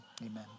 amen